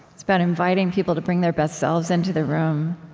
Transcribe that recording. it's about inviting people to bring their best selves into the room.